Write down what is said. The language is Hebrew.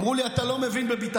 שאמרו לי: אתה לא מבין בביטחון.